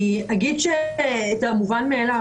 אני אגיד את המובן מאליו,